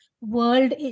world